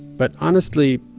but honestly,